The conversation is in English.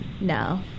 No